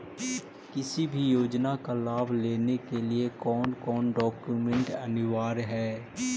किसी भी योजना का लाभ लेने के लिए कोन कोन डॉक्यूमेंट अनिवार्य है?